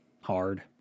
hard